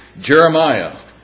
Jeremiah